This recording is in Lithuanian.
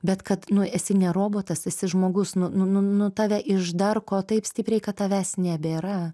bet kad nu esi ne robotas esi žmogus nu nu nu nu tave iš darko taip stipriai kad tavęs nebėra